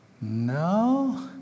No